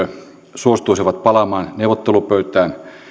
suostuisivat palaamaan neuvottelupöytään